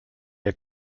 ihr